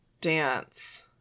Dance